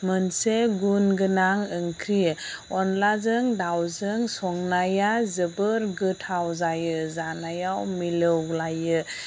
मोनसे गुनगोनां ओंख्रि अनलाजों दाउजों संनाया जोबोर गोथाव जायो जानायाव मिलौलायो